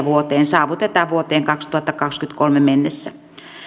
vuoteen saavutetaan vuoteen kaksituhattakaksikymmentäkolme mennessä